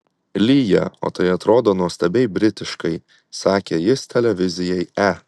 lyja o tai atrodo nuostabiai britiškai sakė jis televizijai e